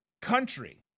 country